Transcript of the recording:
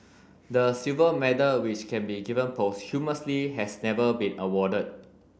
the silver medal which can be given posthumously has never been awarded